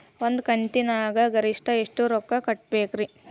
ಒಂದ್ ಕಂತಿನ್ಯಾಗ ಗರಿಷ್ಠ ಎಷ್ಟ ರೊಕ್ಕ ಕಟ್ಟಬೇಕ್ರಿ?